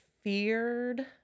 feared